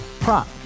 Prop